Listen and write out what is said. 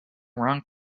wrong